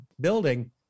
building